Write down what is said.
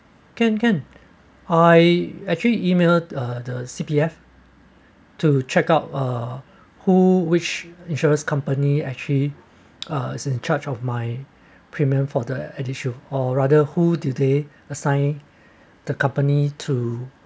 can can I actually emailed the the C_P_F to check out a who which insurance company actually uh in charge of my premiums for the at issue or rather who today assign the company through